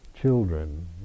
children